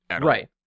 Right